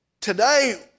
Today